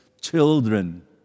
children